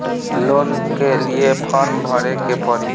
Loan के लिए form भरे के पड़ी?